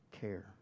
care